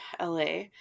LA